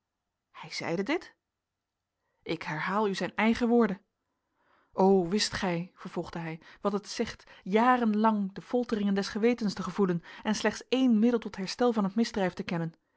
hij zeide dit ik herhaal u zijn eigen woorden o wist gij vervolgde hij wat het zegt jaren lang de folteringen des gewetens te gevoelen en slechts één middel tot herstel van het misdrijf te kennen